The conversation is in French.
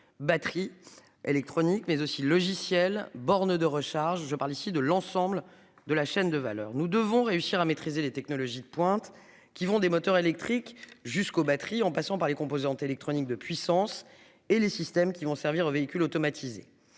batteries électroniques mais aussi le logiciel bornes de recharge. Je parle ici de l'ensemble de la chaîne de valeur. Nous devons réussir à maîtriser les technologies de pointe qui vont des moteurs électriques jusqu'aux batteries en passant par les composantes électroniques de puissance et les systèmes qui vont servir aux véhicules automatisés.